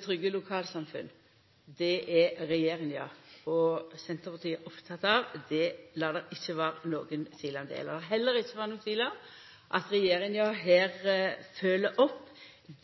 Trygge lokalsamfunn er regjeringa og Senterpartiet opptekne av, lat det ikkje vera nokon tvil om det. Lat det heller ikkje vera nokon tvil om at regjeringa her følgjer opp